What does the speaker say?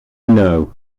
know